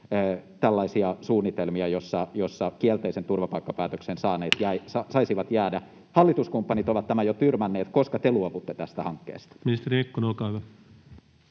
tällaisia suunnitelmia, joissa kielteisen turvapaikkapäätöksen saaneet saisivat jäädä. Hallituskumppanit ovat tämän jo tyrmänneet. Koska te luovutte tästä hankkeesta? Ministeri Mikkonen, olkaa hyvä.